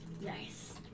Nice